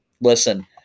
Listen